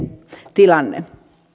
tilanne